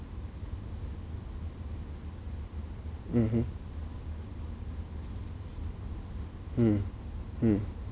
mmhmm mm mm